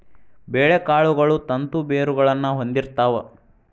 ಬೇಳೆಕಾಳುಗಳು ತಂತು ಬೇರುಗಳನ್ನಾ ಹೊಂದಿರ್ತಾವ